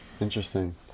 Interesting